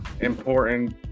important